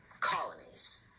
colonies